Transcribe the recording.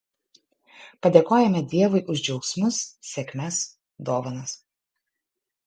padėkojame dievui už džiaugsmus sėkmes dovanas